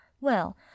Well